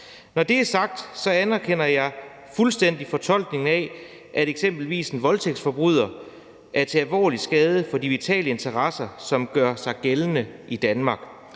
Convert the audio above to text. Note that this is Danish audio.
Når det er sagt, anerkender jeg fuldstændig fortolkningen af, at eksempelvis en voldtægtsforbryder er til alvorlig skade for de vitale interesser, som gør sig gældende i Danmark.